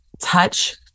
touch